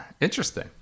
Interesting